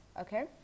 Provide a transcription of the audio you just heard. okay